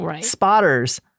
spotters